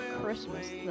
Christmas